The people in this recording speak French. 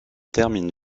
termine